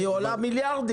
והיא עולה מיליארדים.